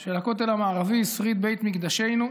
של הכותל המערבי, שריד בית מקדשנו,